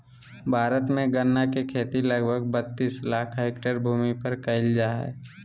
भारत में गन्ना के खेती लगभग बत्तीस लाख हैक्टर भूमि पर कइल जा हइ